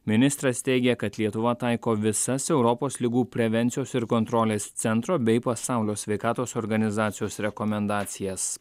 ministras teigė kad lietuva taiko visas europos ligų prevencijos ir kontrolės centro bei pasaulio sveikatos organizacijos rekomendacijas